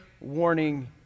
warning